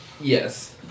Yes